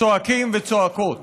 שתומך בראש העיר חיפה.